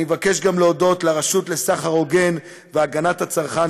אני מבקש גם להודות לרשות לסחר הוגן והגנת הצרכן,